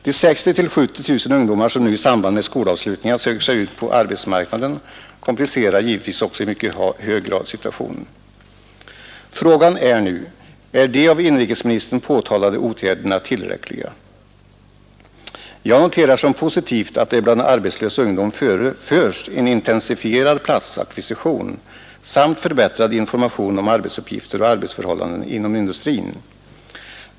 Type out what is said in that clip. De 60 000-70 000 ungdomar som nu i samband med skolavslutningarna söker sig ut på arbetsmarknaden komplicerar givetvis i mycket hög grad situationen. Frågan är nu: Är de av inrikesministern föreslagna åtgärderna tillräckliga? Jag noterar som positivt att det för arbetslös ungdom nu sker en intensifierad platsackvisition samt en förbättrad information om arbetsuppgifter och arbetsförhållanden inom industrin.